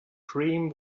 dream